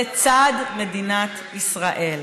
לצד מדינת ישראל.